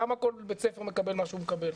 למה כל בית ספר מקבל את מה שהוא מקבל.